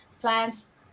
plans